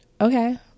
Okay